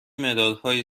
مدادهایی